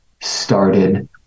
started